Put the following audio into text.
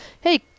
hey